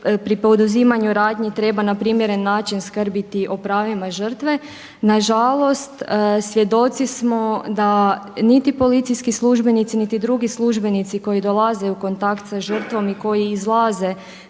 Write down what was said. pri poduzimanju radnji treba na primjeren način skrbiti o pravima žrtve nažalost svjedoci smo da niti policijski službenici, niti drugi službenici koji dolaze u kontakt sa žrtvom i koji izlaze